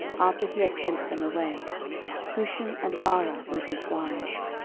after he had sent them away hushim and baara were his wives.